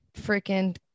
freaking